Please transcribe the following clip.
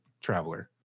traveler